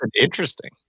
Interesting